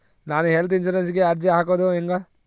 ನಾನು ಹೆಲ್ತ್ ಇನ್ಸುರೆನ್ಸಿಗೆ ಅರ್ಜಿ ಹಾಕದು ಹೆಂಗ?